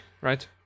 right